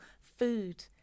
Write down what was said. food